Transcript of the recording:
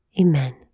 Amen